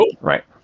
right